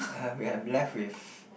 um we are left with